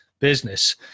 business